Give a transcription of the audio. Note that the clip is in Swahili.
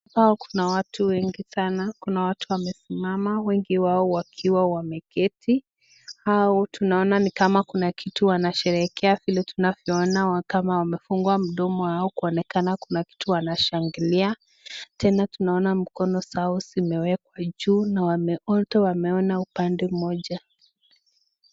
Hapa kuna watu wengi sana, kuna watu wamesimama wengi wao wakiwa wameketi. Hao tunaona ni kama kuna kitu wanasherehekea vile tunavyoona kama wamefungua mdomo yao kuonekana kuna kitu wanashangilia. Tena tunaona mikono zao zimewekwa juu na wote wameona upande mmoja.